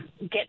get